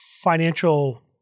financial